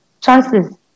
chances